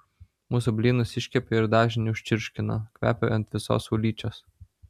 mūsų blynus iškepė ir dažinį užčirškino kvepia ant visos ulyčios